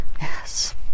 Yes